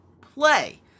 play